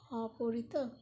অপরিতো